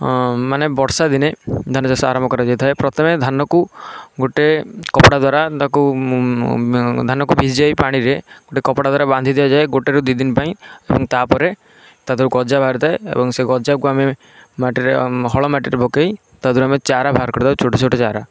ମାନେ ବର୍ଷାଦିନେ ଧାନଚାଷ ଆରମ୍ଭ କରାଯାଇଥାଏ ପ୍ରଥମେ ଧାନକୁ ଗୋଟେ କପଡ଼ା ଦ୍ୱାରା ତାକୁ ଧାନକୁ ଭିଜାଇ ପାଣିରେ ଗୋଟେ କପଡ଼ା ଦ୍ୱାରା ବାନ୍ଧି ଦିଆଯାଏ ଗୋଟେରୁ ଦୁଇ ଦିନ ପାଇଁ ଏବଂ ତା'ପରେ ତାଦେହରୁ ଗଜା ବାହାରିଥାଏ ଏବଂ ସେ ଗଜାକୁ ଆମେ ମାଟିରେ ହଳ ମାଟିରେ ପକାଇ ତାଦେହରୁ ଆମେ ଚାରା ବାହାର କରିଥାଉ ଛୋଟଛୋଟ ଚାରା